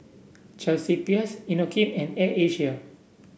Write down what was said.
Chelsea Peers Inokim and Air Asia